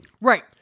Right